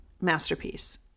masterpiece